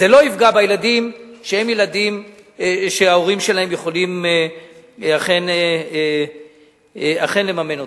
זה לא יפגע בילדים שההורים שלהם יכולים אכן לממן אותם.